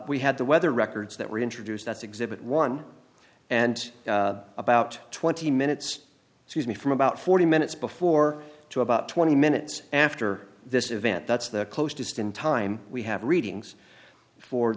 we had the weather records that were introduced that's exhibit one and about twenty minutes to me from about forty minutes before to about twenty minutes after this event that's the closest in time we have readings for